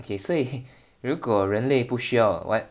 okay 所以人类不需用 [what]